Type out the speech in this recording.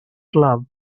club